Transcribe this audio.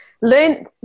learn